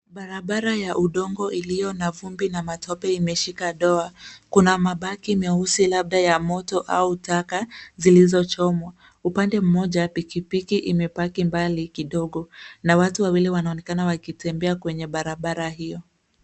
Barabara ya udongo iliyo na vumbi na matope imeshika doa. Kuna mabaki meusi labda ya moto au taka zilizochomwa. Upande mmoja pikipiki imepaki mbali kidogo na watu wawili wanaonekana wakitembea kwenye barabara hiyo.